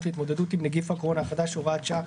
להתמודדות עם נגיף הקורונה החדש (הוראת שעה),